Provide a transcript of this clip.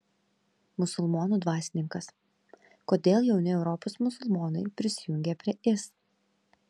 musulmonų dvasininkas kodėl jauni europos musulmonai prisijungia prie is